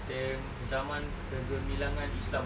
then zaman kegemilangan islam